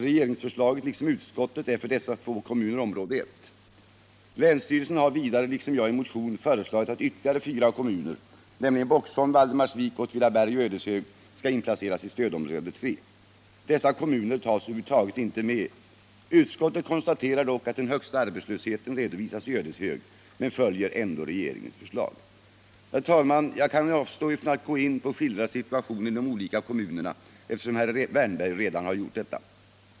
Regeringens förslag — liksom utskottets — är för dessa två kommuner område 1. Länsstyrelsen har vidare, liksom jag i motion, föreslagit att ytterligare fyra kommuner, nämligen Boxholm, Valdemarsvik, Åtvidaberg och Ödeshög skall inplaceras i stödområde 3. Dessa kommuner tas över huvud taget inte med. Utskottet konstaterar dock att den högsta arbetslösheten redovisas i Ödeshög men följer ändå regeringens förslag. Herr talman! Jag kan avstå från att gå in på att skildra situationen inom de olika kommunerna, eftersom herr Wärnberg redan har gjort detta.